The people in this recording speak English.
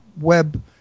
web